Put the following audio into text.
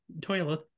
toilet